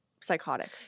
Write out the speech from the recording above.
psychotic